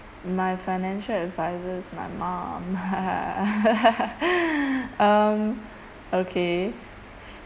my financial advisor is my mum um okay